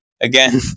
again